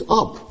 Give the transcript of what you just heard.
up